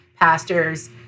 pastors